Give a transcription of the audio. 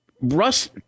Russ